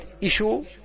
issue